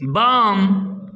बाम